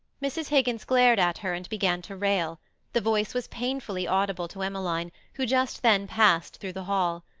mrs. higgins glared at her and began to rail the voice was painfully audible to emmeline, who just then passed through the hall.